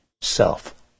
self